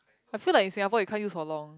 I feel like in Singapore you can't use for long